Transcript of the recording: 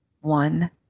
one